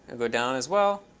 go down as well.